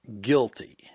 guilty